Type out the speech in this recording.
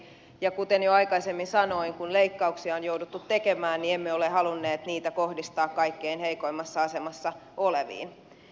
ja kuten jo aikaisemmin sanoin kun leikkauksia on jouduttu tekemään emme ole halunneet niitä kohdistaa kaikkein heikoimmassa asemassa oleviin